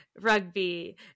rugby